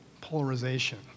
polarization